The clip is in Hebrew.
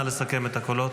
נא לסכם את הקולות.